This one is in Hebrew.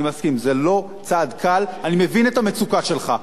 אני מסכים, זה לא צעד קל, אני מבין את המצוקה שלך.